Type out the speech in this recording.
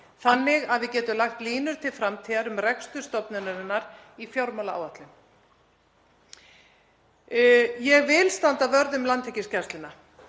þannig að við getum lagt línur til framtíðar um rekstur stofnunarinnar í fjármálaáætlun. Ég vil standa vörð um Landhelgisgæsluna.